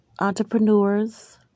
entrepreneurs